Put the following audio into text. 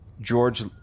George